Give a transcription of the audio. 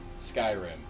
Skyrim